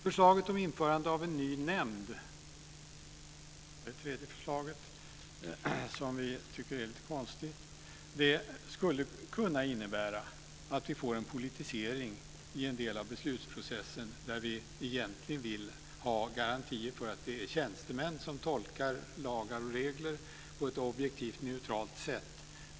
Förslaget om införande av en ny nämnd är det tredje förslaget som vi tycker är lite konstigt. Det skulle kunna innebära att vi får en politisering i en del av beslutsprocessen där vi egentligen vill ha garantier för att det är tjänstemän som tolkar lagar och regler på ett objektivt och neutralt sätt.